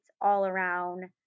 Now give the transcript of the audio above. all-around